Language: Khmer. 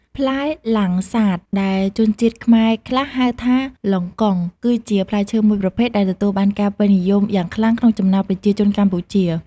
ផ្លែលាំងសាត ដែលជនជាតិខ្មែរខ្លះហៅថា លុងកុង គឺជាផ្លែឈើមួយប្រភេទដែលទទួលបានការពេញនិយមយ៉ាងខ្លាំងក្នុងចំណោមប្រជាជនកម្ពុជា